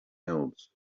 else